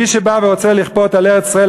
מי שבא ורוצה לכפות על ארץ-ישראל,